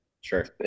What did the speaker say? Sure